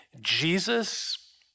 Jesus